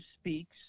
speaks